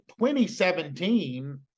2017